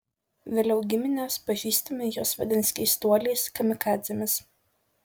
vėliau giminės pažįstami juos vadins keistuoliais kamikadzėmis